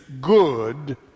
good